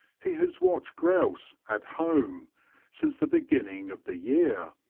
he has watched grouse at home since the beginning of the year.